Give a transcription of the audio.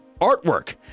artwork